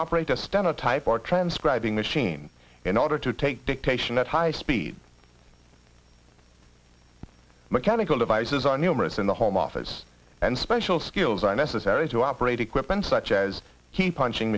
operate a stenotype or transcribing machine in order to take dictation at high speed mechanical devices are numerous in the home office and special skills are necessary to operate equipment such as keep punching